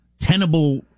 tenable